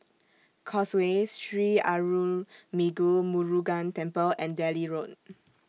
Causeway Sri Arulmigu Murugan Temple and Delhi Road